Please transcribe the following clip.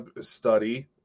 study